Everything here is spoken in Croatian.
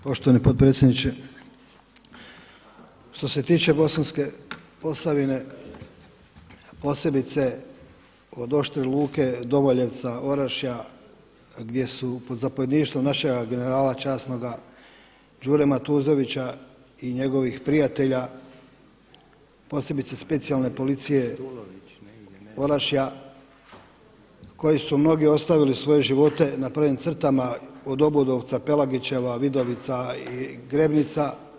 Poštovani potpredsjedniče, što se tiče Bosanske Posavine posebice od Oštre Luke, Domaljevca, Orašja gdje su pod zapovjedništvom našega generala časnoga Đure Matuzovića i njegovih prijatelja, posebice specijalne policije Orašja koji su mnogi ostavili svoje živote na prvim crtama od Obudovca, Pelagićeva, Vidovica i Grebnica.